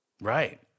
Right